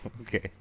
Okay